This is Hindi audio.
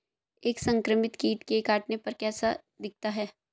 एक संक्रमित कीट के काटने पर कैसा दिखता है?